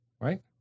Right